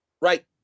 Right